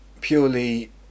purely